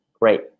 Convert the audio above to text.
great